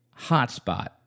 hotspot